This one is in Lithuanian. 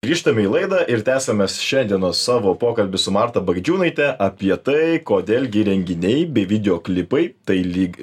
grįžtame į laidą ir tęsiam mes šiandienos savo pokalbį su marta bagdžiūnaite apie tai kodėl gi įrenginiai bei videoklipai tai lyg